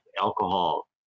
alcohol